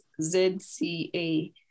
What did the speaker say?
ZCA